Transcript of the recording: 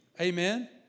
Amen